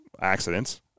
Accidents